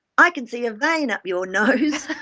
i can see a vein up your nose!